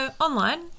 online